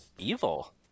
evil